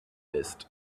ist